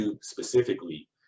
specifically